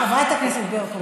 חברת הכנסת ברקו.